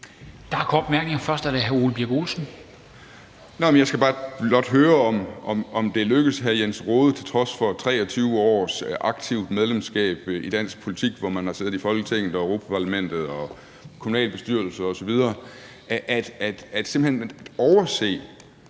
fra hr. Ole Birk Olesen. Kl. 14:03 Ole Birk Olesen (LA): Jeg skal blot høre, om det er lykkedes hr. Jens Rohde til trods for 23 års aktivt medlemskab i dansk politik, hvor man har siddet i Folketinget og Europa-Parlamentet og kommunalbestyrelser osv., simpelt hen at overse,